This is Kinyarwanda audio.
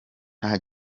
nta